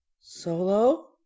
Solo